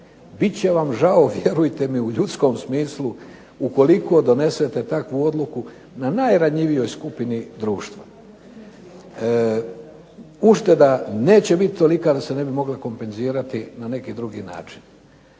Bit će vam žao, vjerujte mi, u ljudskom smislu ukoliko donesete takvu odluku na najranjivijoj skupini društva. Ušteda neće biti tolika da se ne bi mogla kompenzirati na neki drugi način.